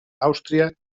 àustria